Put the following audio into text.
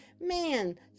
man